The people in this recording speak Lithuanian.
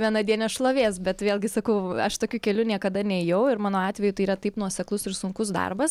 vienadienės šlovės bet vėlgi sakau aš tokiu keliu niekada nėjau ir mano atveju tai yra taip nuoseklus ir sunkus darbas